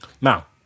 Now